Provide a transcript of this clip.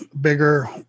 bigger